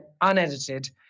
unedited